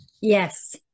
Yes